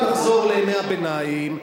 בכלל נחזור לימי הביניים,